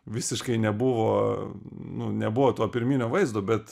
visiškai nebuvo nu nebuvo to pirminio vaizdo bet